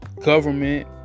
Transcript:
government